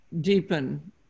deepen